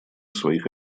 своих